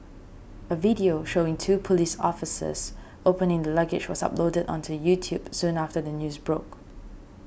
a video showing two police officers opening the luggage was uploaded onto YouTube soon after the news broke